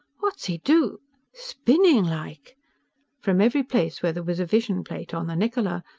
what's he do spinning like from every place where there was a vision-plate on the niccola,